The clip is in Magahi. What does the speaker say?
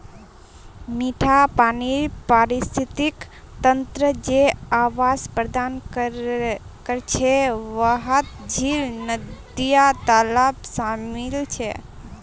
मिठा पानीर पारिस्थितिक तंत्र जे आवास प्रदान करछे वहात झील, नदिया, तालाब शामिल छे